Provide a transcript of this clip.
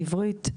עברית,